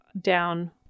down